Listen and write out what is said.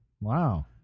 Wow